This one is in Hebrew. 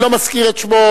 אני לא מזכיר את שמו,